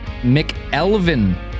McElvin